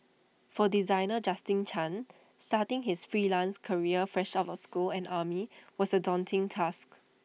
for designer Justin chan starting his freelance career fresh out of school and army was A daunting task